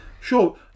Sure